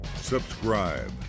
subscribe